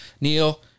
Neil